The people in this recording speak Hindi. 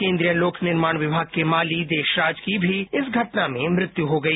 केन्द्रीय लोक निर्माण विभाग के माली देशराज की भी इस घटना में मृत्यु हो गई